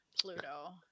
Pluto